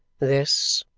this,